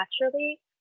naturally